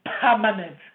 permanent